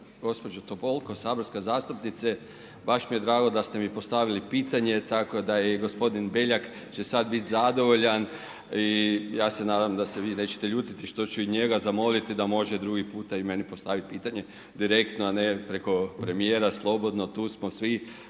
gospođo Topolko, saborska zastupnice, baš mi je drago da ste mi postavili pitanje tako da i gospodin Beljak će sada biti zadovoljan i ja se nadam da se vi nećete ljutiti što ću i njega zamoliti da može drugi puta i meni postaviti pitanje direktno a ne preko premijera slobodno, tu smo svi,